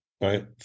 right